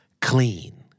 Clean